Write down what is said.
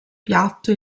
piatto